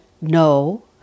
no